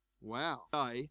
Wow